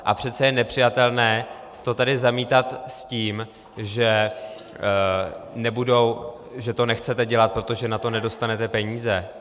A přece je nepřijatelné to tady zamítat s tím, že to nechcete dělat, protože na to nedostanete peníze.